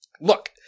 Look